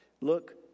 Look